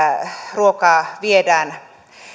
ruokaa viedään